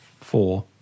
four